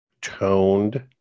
toned